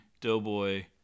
Doughboy